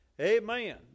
Amen